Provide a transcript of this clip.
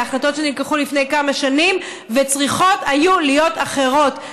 על החלטות שהתקבלו לפני כמה שנים והיו צריכות להיות אחרות.